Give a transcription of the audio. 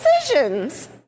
decisions